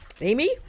Amy